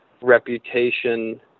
reputation